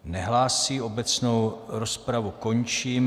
Nehlásí, obecnou rozpravu končím.